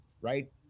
right